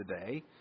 today